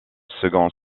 second